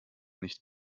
nicht